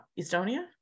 Estonia